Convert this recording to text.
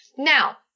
Now